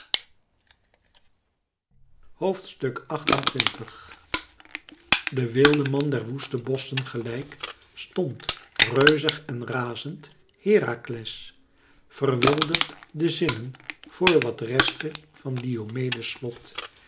xxviii de wildeman der woeste bosschen gelijk stond reuzig en razend herakles verwilderd de zinnen voor wat restte van diomedes slot